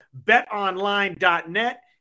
betonline.net